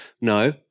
No